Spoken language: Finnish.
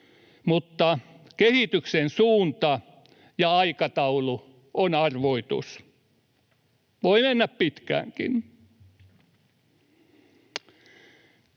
mutta kehityksen suunta ja aikataulu on arvoitus. Voi mennä pitkäänkin.